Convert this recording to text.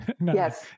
Yes